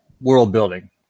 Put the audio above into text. world-building